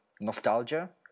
nostalgia